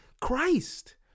Christ